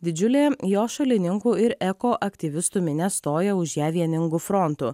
didžiulė jos šalininkų ir eko aktyvistų minia stoja už ją vieningu frontu